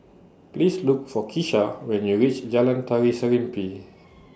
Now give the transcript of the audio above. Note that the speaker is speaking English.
Please Look For Kesha when YOU REACH Jalan Tari Serimpi